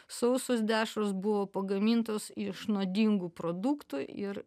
sausos dešros buvo pagamintos iš nuodingų produktų ir